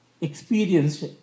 experienced